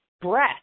breath